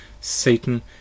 Satan